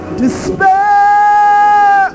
despair